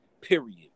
period